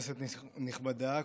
כנסת נכבדה,